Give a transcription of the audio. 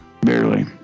Barely